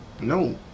No